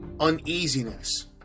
uneasiness